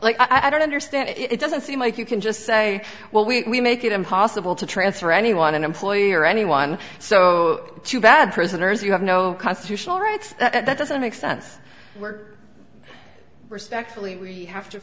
like i don't understand it doesn't seem like you can just say well we make it impossible to transfer anyone an employee or anyone so too bad prisoners you have no constitutional rights that doesn't make sense we're respectfully we have to